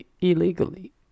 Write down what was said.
illegally